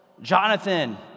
Jonathan